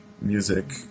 music